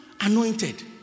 anointed